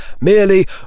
merely